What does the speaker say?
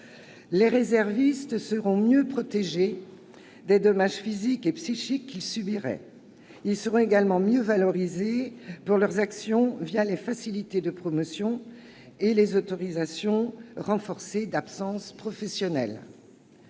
les réservistes seront mieux protégés des dommages physiques et psychiques qu'ils pourraient subir. Ils seront également mieux valorisés pour leurs actions, les facilités de promotion et les autorisations renforcées d'absence professionnelle.